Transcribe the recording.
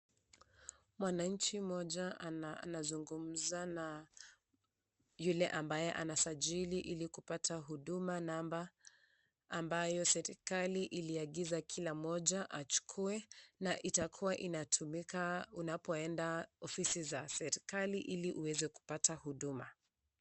Mwananchi mmoja anazungumza na yule ambaye anasajili ili kupata huduma namba ambayo serikali iliagiza kila mmoja achukue na itakuwa inatumika unapoenda ofisi za serikali ili uweze kupata huduma.